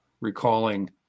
recalling